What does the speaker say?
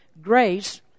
grace